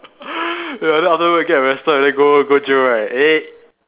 ya then afterwards then get arrested then go then go jail right eh